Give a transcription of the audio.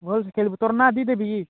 ଭଲସେ୍ ଖେଳିବୁ ତୋର୍ ନାଁ ଦେଇଦେବି